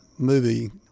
movie